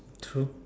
true